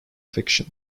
fiction